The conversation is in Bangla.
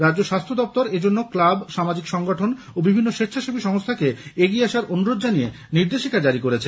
রাজ্য স্বাস্থ্য দপ্তর এইজন্যে ক্লাব সামাজিক সংগঠন ও বিভিন্ন স্বেচ্ছাসেবী সংস্থা কে এগিয়ে আসার অনুরোধ জানিয়ে নির্দেশিকা জারি করেছে